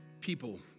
people